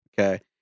Okay